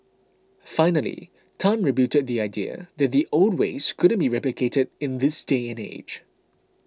finally Tan rebutted the idea that the old ways couldn't be replicated in this day and age